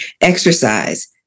exercise